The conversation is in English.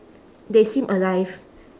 they seem alive